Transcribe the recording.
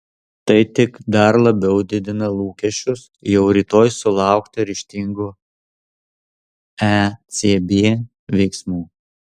tai tik dar labiau didina lūkesčius jau rytoj sulaukti ryžtingų ecb veiksmų